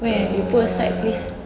where you put aside place